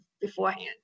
beforehand